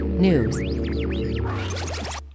News